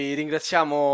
ringraziamo